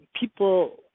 people